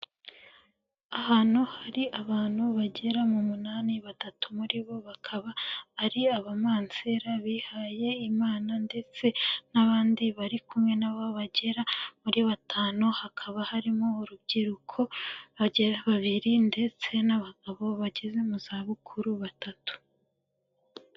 Ahantu hari abantu bagera mu munani batatu muri bo bakaba ari abamansela bihaye Imana ndetse n'abandi bari kumwe nabo bagera muri batanu, hakaba harimo urubyiruko rugera kuri babiri ndetse n'abagabo bageze mu za bukuru batatu.